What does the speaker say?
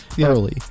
early